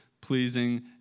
pleasing